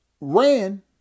ran